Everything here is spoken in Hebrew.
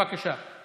בבקשה.